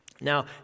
Now